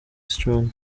strong